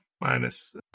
minus